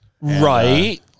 Right